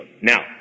Now